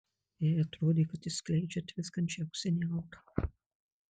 jai atrodė kad jis skleidžia tviskančią auksinę aurą